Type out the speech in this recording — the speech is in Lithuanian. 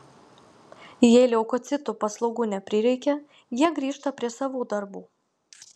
jei leukocitų paslaugų neprireikia jie grįžta prie savų darbų